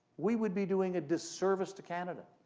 we would be doing a disservice to canada.